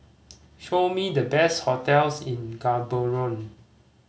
show me the best hotels in Gaborone